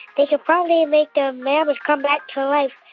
they could probably make the mammoth come back to life?